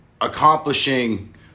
accomplishing